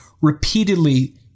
repeatedly